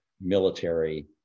military